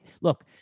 Look